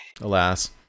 alas